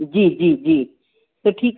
जी जी जी तो ठीक